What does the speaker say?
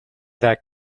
that